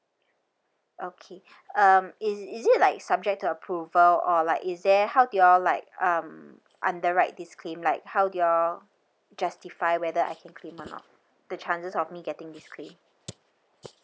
okay um is is it like subject to approval or like is there how do you all like um underwrite this claim like how do you all justify whether I can claim or not the chances of me getting this claim